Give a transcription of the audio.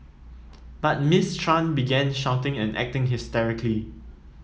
but Miss Tran began shouting and acting hysterically